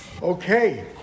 Okay